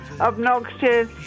Obnoxious